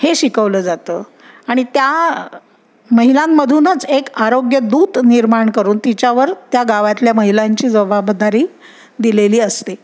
हे शिकवलं जातं आणि त्या महिलांमधूनच एक आरोग्य दूत निर्माण करून तिच्यावर त्या गावातल्या महिलांची जबाबदारी दिलेली असते